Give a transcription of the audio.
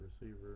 receiver